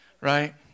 right